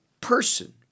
person